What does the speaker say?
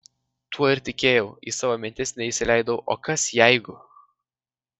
tuo ir tikėjau į savo mintis neįsileidau o kas jeigu